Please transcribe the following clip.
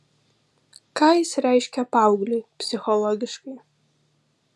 ką jis reiškia paaugliui psichologiškai